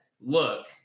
look